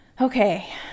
Okay